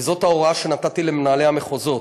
וזאת ההוראה שנתתי למנהלי המחוזות.